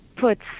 puts